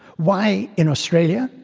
why in australia,